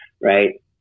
right